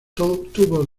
tuvo